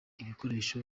ibikoresho